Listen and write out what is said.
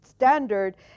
standard